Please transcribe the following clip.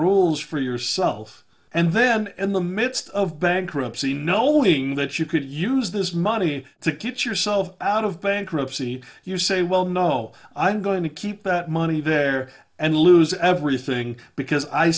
rules for yourself and then in the midst of bankruptcy knowing that you could use this money to get yourself out of bankruptcy you say well no i'm going to keep that money there and lose everything because i